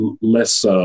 less